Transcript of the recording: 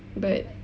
but